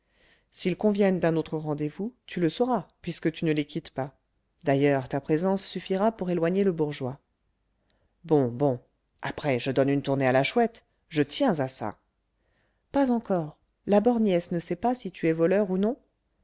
s'ils conviennent d'un autre rendez-vous tu le sauras puisque tu ne les quittes pas d'ailleurs ta présence suffira pour éloigner le bourgeois bon bon après je donne une tournée à la chouette je tiens à ça pas encore la borgnesse ne sait pas si tu es voleur ou non